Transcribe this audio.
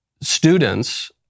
students